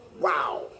Wow